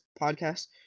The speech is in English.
podcast